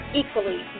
equally